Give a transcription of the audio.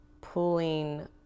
pulling